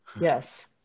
Yes